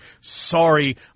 Sorry